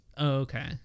okay